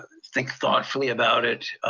think thoughtfully about it,